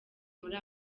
muri